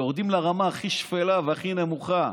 יורדים לרמה הכי שפלה והכי נמוכה,